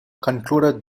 concluded